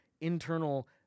internal